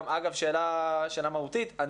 שאלה מהותית,